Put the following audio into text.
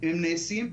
הם נעשים,